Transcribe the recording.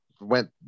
went